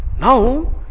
now